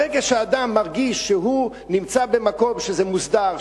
ברגע שאדם מרגיש שהוא נמצא במקום שזה מוסדר,